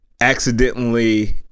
accidentally